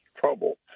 trouble